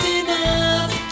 enough